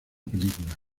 película